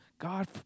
God